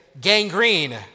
gangrene